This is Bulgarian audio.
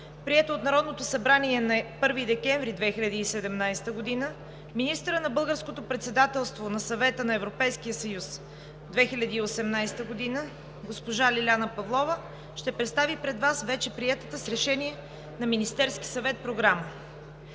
приета от Народното събрание на 1 декември 2017 г., министърът на Българското председателство на Съвета на Европейския съюз 2018 г. госпожа Лиляна Павлова ще представи пред Вас вече приетата с Решение на Министерския съвет Програма.